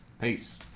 Peace